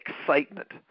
excitement